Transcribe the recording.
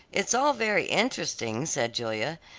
it's all very interesting, said julia,